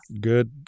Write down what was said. Good